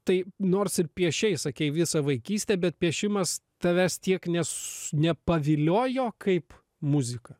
tai nors ir piešei sakei visą vaikystę bet piešimas tavęs tiek nes nepaviliojo kaip muzika